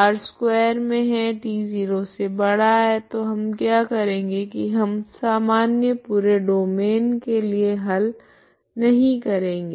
R2 t 0 तो हम क्या करेगे की हम सामान्य पूरे डोमैन के लिए हल नहीं करेगे